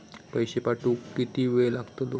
पैशे पाठवुक किती वेळ लागतलो?